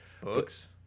Books